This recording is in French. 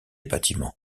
bâtiments